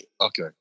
Okay